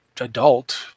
adult